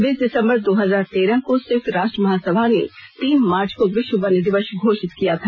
बीस दिसंबर दो हजार तेरह को संयुक्त राष्ट्र महासभा ने तीन मार्च को विश्व वन्य दिवस घोषित किया था